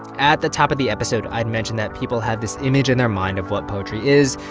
at the top of the episode, i mentioned that people have this image in their mind of what poetry is,